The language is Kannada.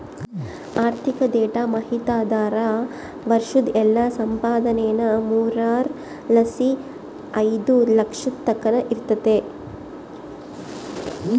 ಆರ್ಥಿಕ ಡೇಟಾ ಮಾಹಿತಿದಾರ್ರ ವರ್ಷುದ್ ಎಲ್ಲಾ ಸಂಪಾದನೇನಾ ಮೂರರ್ ಲಾಸಿ ಐದು ಲಕ್ಷದ್ ತಕನ ಇರ್ತತೆ